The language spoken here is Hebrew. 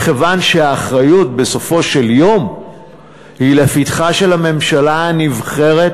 מכיוון שהאחריות בסופו של יום היא לפתחה של הממשלה הנבחרת,